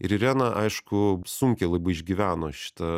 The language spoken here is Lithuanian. ir irena aišku sunkiai labai išgyveno šitą